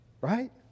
Right